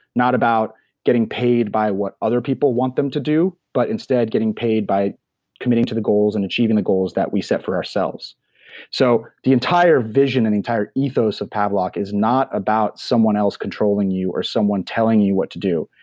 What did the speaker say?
not about getting paid by what other people want them to do, but instead getting paid by committing to the goals and achieving the goals that we set for ourselves so the entire vision and entire ethos of pavlok is not about someone else controlling you or someone telling you what to do,